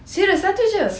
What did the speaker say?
serious satu jer